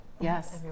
yes